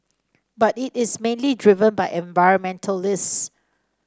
but it is mainly driven by environmentalists